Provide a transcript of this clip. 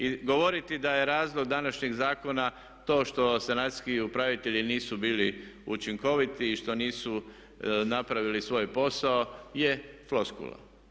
I govoriti da je razlog današnjeg zakona to što sanacijski upravitelji nisu bili učinkoviti i što nisu napravili svoj posao je floskula.